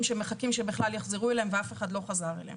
שמחכים שיחזרו אליהם ואף אחד לא חזר אליהם.